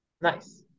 Nice